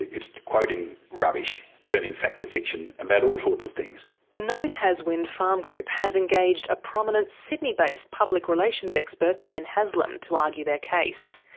it's quoting rubbish, turning fact to fiction about all sorts of things. the no taswind farm group has engaged a prominent sydney-based public relations expert ben haslem to argue their case.